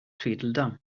tweedledum